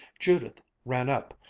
judith ran up,